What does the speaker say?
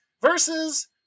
versus